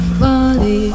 body